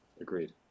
agreed